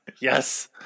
Yes